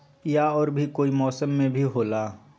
या और भी कोई मौसम मे भी होला?